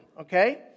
okay